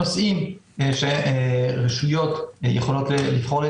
גדולה של בני מנשה להפעיל רכז שילווה אותם ויעשה עבורם